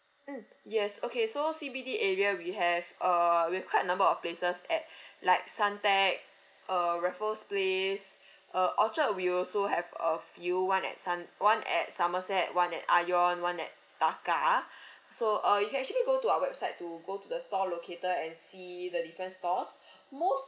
mm yes okay so C_B_D area we have uh we have quite a number of places at like suntec uh raffles place uh orchard we also have a few one at som~ one at somerset one at ION one at taka so uh you can actually go to our website to go to the store locator and see the different stores most